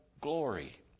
glory